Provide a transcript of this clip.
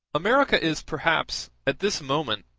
america is perhaps, at this moment,